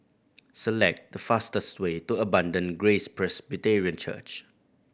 select the fastest way to Abundant Grace Presbyterian Church